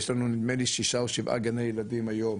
יש לנו נדמה לי שישה, או שבעה גני ילדים היום